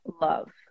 love